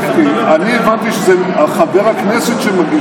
תקנון הכנסת ואת המליאה וכולנו נימצא כאן,